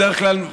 בדרך כלל,